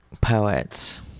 poets